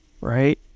right